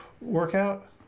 workout